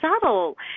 subtle